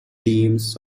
teams